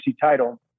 title